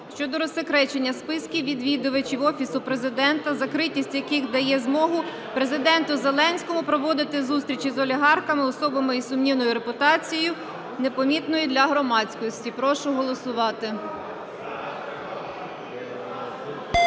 щодо розсекречення списків відвідувачів Офісу Президента, закритість яких дає змогу Президенту Зеленському проводити зустрічі з олігархами, особами із сумнівною репутацією, непомітно для громадськості. Прошу голосувати.